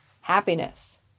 happiness